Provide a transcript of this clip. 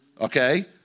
okay